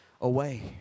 away